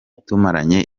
tumaranye